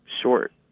short